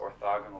orthogonal